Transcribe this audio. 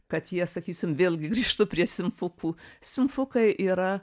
kad jie sakysim vėlgi grįžtu prie simfukų simfukai yra